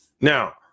Now